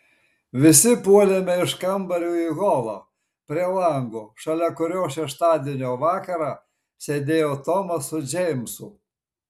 visi puolėme iš kambario į holą prie lango šalia kurio šeštadienio vakarą sėdėjo tomas su džeimsu